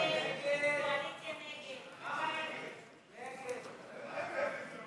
ההסתייגות (10) של קבוצת סיעת יש עתיד